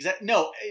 no